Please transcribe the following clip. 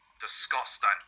Disgusting